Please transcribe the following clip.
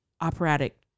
operatic